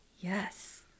Yes